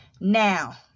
Now